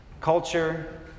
culture